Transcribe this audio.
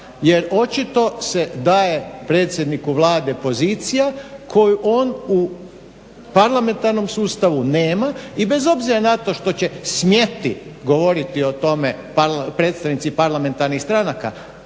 jer očito se daje predsjedniku Vlade pozicija koju on u parlamentarnom sustavu nema i bez obzira na to što će smjeti govoriti o tome predstavnici parlamentarnih stranaka,